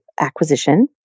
acquisition